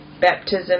baptism